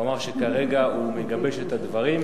והוא אמר שכרגע הוא מגבש את הדברים,